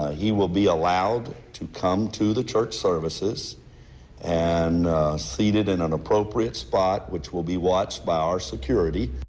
he will be allowed to come to the church services and so treated as and an appropriate spot which will be watched by our securityied